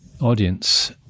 audience